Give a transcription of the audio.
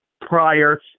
prior